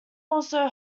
also